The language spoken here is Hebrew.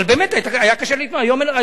אבל באמת היה קשה להתמודד.